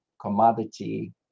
commodity